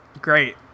Great